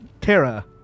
Terra